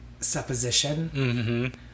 supposition